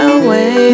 away